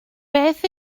beth